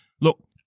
Look